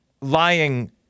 lying